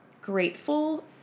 grateful